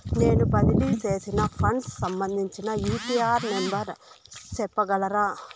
నేను బదిలీ సేసిన ఫండ్స్ సంబంధించిన యూ.టీ.ఆర్ నెంబర్ సెప్పగలరా